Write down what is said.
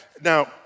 Now